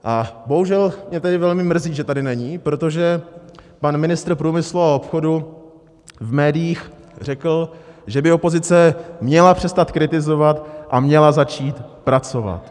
A bohužel mě tedy velmi mrzí, že tady není, protože pan ministr průmyslu a obchodu v médiích řekl, že by ho opozice měla přestat kritizovat a měla začít pracovat.